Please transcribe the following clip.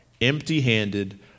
empty-handed